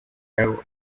have